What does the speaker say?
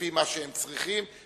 לפי מה שהם צריכים,